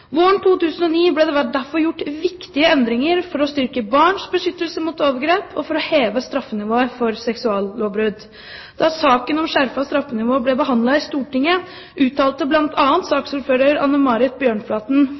Våren 2009 ble det derfor gjort viktige endringer for å styrke barns beskyttelse mot overgrep og for å heve straffenivået for seksuallovbrudd. Da saken om skjerpet straffenivå ble behandlet i Stortinget, uttalte bl.a. saksordfører Anne Marit Bjørnflaten